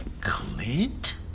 Clint